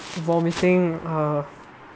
vomiting uh